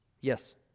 Yes